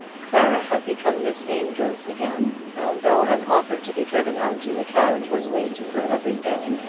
clara had become miss amedroz again and though an offer to be driven out in the carriage was made to her every day,